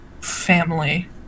family